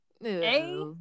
Hey